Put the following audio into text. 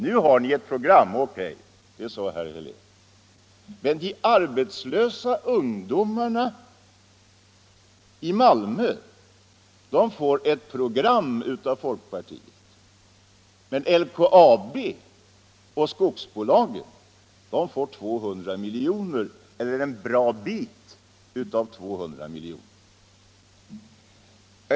Nu har ni ett program, sade herr Helén. All right, de arbetslösa ungdomarna i Malmö får ett program av folkpartiet, men LKAB och skogsbolagen får 200 miljoner eller en bra bit av 200 miljoner.